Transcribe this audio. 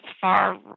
far